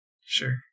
Sure